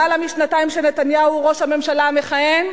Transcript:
למעלה משנתיים שנתניהו הוא ראש הממשלה המכהן,